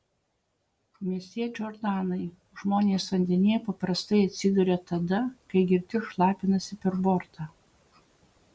mesjė džordanai žmonės vandenyje paprastai atsiduria tada kai girti šlapinasi per bortą